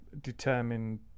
determined